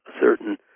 certain